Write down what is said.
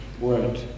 word